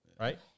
Right